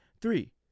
three